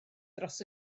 dros